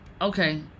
Okay